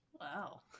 Wow